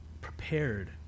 prepared